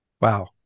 Wow